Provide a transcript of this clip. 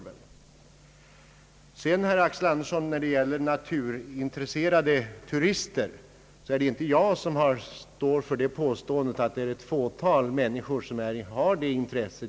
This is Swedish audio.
När det sedan, herr Axel Andersson, gäller naturintresserade turister, vill jag framhålla att det inte är jag som har påstått, att endast ett fåtal människor har detta intresse.